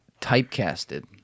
typecasted